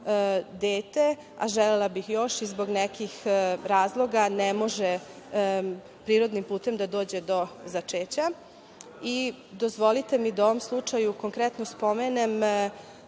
dete, a želela bih još i iz nekih razloga ne može prirodnim putem da dođe do začeća. Dozvolite mi da u ovom slučaju konkretno spomenem